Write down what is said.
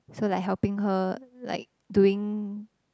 so like helping her like doing